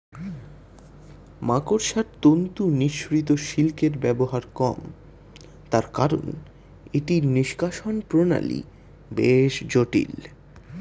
মাকড়সার তন্তু নিঃসৃত সিল্কের ব্যবহার কম, তার কারন এটির নিষ্কাশণ প্রণালী বেশ জটিল